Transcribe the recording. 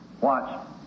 watch